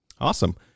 Awesome